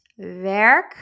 werk